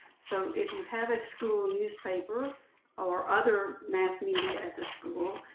so if you have a school newspaper or other mass media at the school,